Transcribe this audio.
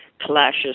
clashes